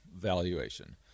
valuation